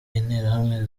interahamwe